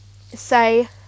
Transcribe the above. say